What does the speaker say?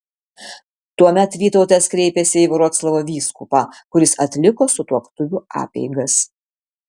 tuomet vytautas kreipėsi į vroclavo vyskupą kuris atliko sutuoktuvių apeigas